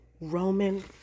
Roman